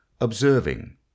observing